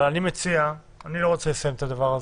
אבל אני לא רוצה לסיים את הדבר,